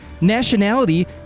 nationality